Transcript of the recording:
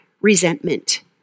resentment